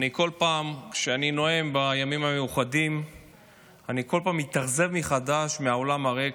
כל פעם שאני נואם בימים המיוחדים אני מתאכזב מחדש מהאולם הריק,